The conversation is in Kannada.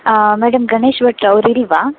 ಮೇಡಮ್ ಗಣೇಶ್ ಭಟ್ರು ಅವ್ರು ಇಲ್ಲವಾ